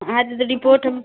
हाँ जी तो रिपोट हम